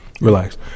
relax